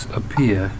appear